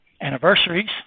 anniversaries